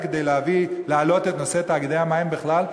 כדי להעלות את נושא תאגידי המים בכלל,